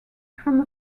from